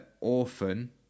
Orphan